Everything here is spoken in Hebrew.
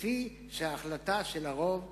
לפי ההחלטה של הרוב בקואליציה.